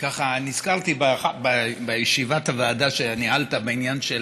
ככה, נזכרתי בישיבת הוועדה שניהלת בעניין של